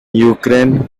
ukraine